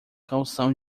calção